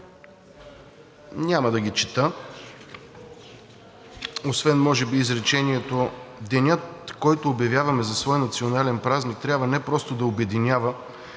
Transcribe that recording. Няма да ги чета освен, може би, изречението: „Денят, който обявяваме за свой национален празник трябва не просто да обединява,